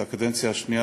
זו הקדנציה השנייה,